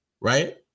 right